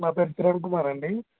నా పేరు కిరణ్ కుమార్ అండి